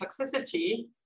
toxicity